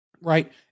right